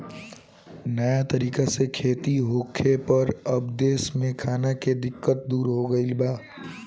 नया तरीका से खेती होखे पर अब देश में खाना के दिक्कत दूर हो गईल बा